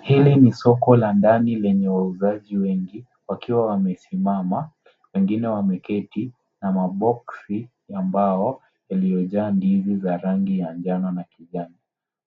Hili ni soko la ndani lenye wauzaji wengi, wakiwa wamesimama, wengine wameketi, na maboksi, ya mbao, yaliyojaa ndizi za rangi ya njano, na kijani.